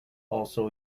also